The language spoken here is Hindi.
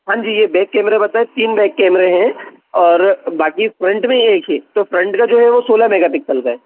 हाँ जी ये बैक कैमरे बताए तीन बैक कैमरे हैं और बाकी फ्रंट में एक ही है तो फ्रंट का जो है वो सोलह मेगापिक्सल का है